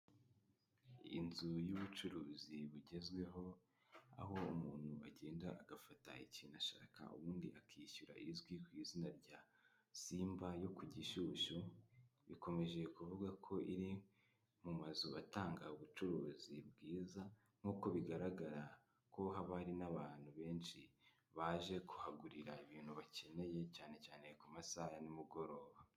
Inzu y'ubucuruzi bugezweho aho umuntu agenda agafata ikintu ashaka ubundi akishyura izwi ku izina rya simba yo ku gishyushyu. Bikomeje kuvuga ko iri mu mazu atanga ubucuruzi bwiza, nkuko bigaragara ko haba hari n'abantu benshi baje kuhagurira ibintu bakeneye cyane cyane ku masaha ya nimugoroba.